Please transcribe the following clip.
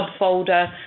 subfolder